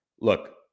look